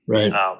Right